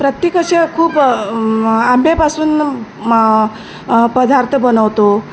प्रत्येक अशा खूप आंब्यापासून पदार्थ बनवतो